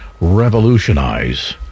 revolutionize